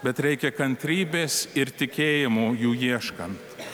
bet reikia kantrybės ir tikėjimo jų ieškant